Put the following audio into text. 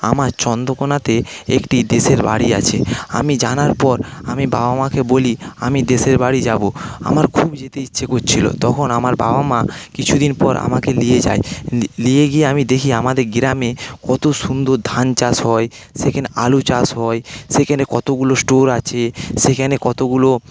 আমার চন্দ্রকোণাতে একটি দেশের বাড়ি আছে আমি জানার পর আমি বাবা মাকে বলি আমি দেশের বাড়ি যাব আমার খুব যেতে ইচ্ছা করছিল তখন আমার বাবা মা কিছুদিন পর আমাকে নিয়ে যায় নিয়ে গিয়ে আমি দেখি আমাদের গ্রামে কত সুন্দর ধান চাষ হয় সেখানে আলু চাষ হয় সেখানে কতগুলো স্টোর আছে সেখান কতগুলো